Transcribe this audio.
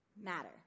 matter